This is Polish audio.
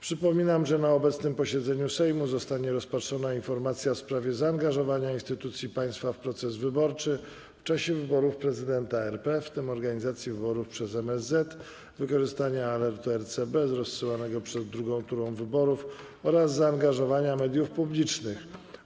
Przypominam, że na obecnym posiedzeniu Sejmu zostanie rozpatrzona informacja w sprawie zaangażowania instytucji państwa w proces wyborczy w czasie wyborów prezydenta RP, w tym organizacji wyborów przez MSZ, wykorzystania alertu RCB rozsyłanego przed drugą turą wyborów oraz zaangażowania mediów publicznych,